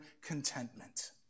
contentment